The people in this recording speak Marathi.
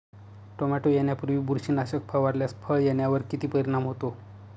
टोमॅटो येण्यापूर्वी बुरशीनाशक फवारल्यास फळ येण्यावर किती परिणाम होतो?